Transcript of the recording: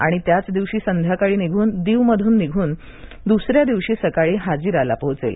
आणि त्याच दिवशी संध्याकाळी निघून दीव मधून निघून दुसऱ्या दिवशी सकाळी हाजीरा ला पोहोचेल